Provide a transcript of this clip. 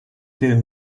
del